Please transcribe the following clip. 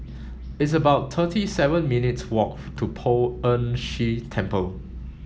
it's about thirty seven minutes' walk to Poh Ern Shih Temple